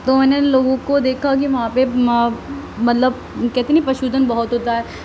تو میں نے لوگوں کو دیکھا کہ وہاں پہ مطلب کہتے ہیں نہ پشودن بہت ہوتا ہے